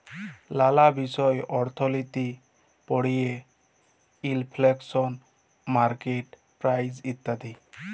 লালা বিষয় অর্থলিতি পড়ায়ে ইলফ্লেশল, মার্কেট প্রাইস ইত্যাদি